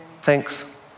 thanks